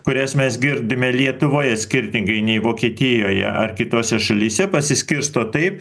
kurias mes girdime lietuvoje skirtingai nei vokietijoje ar kitose šalyse pasiskirsto taip